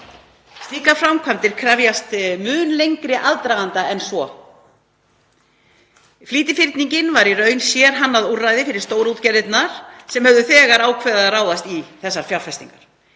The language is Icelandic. Slíkar framkvæmdir krefjast mun lengri aðdraganda en svo. Flýtifyrningin var í raun sérhannað úrræði fyrir stórútgerðirnar sem höfðu þegar ákveðið að ráðast í þessar fjárfestingar.